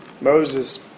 Moses